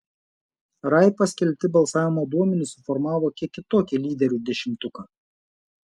rai paskelbti balsavimo duomenys suformavo kiek kitokį lyderių dešimtuką